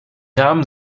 namen